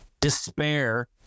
despair